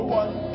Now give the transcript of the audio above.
one